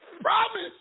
promise